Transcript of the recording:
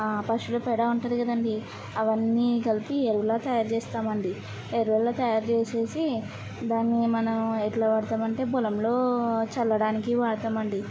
పశువుల పేడ ఉంటుంది కదండీ అవన్నీ కలిపి ఎరువుల తయారుచేస్తామండి ఎరువుల తయారుచేసేసి దాన్నీ మనం ఎట్లా వాడతామంటే పొలంలో చల్లడానికి వాడతామండి